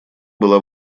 была